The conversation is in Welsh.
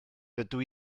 dydw